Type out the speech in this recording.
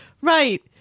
Right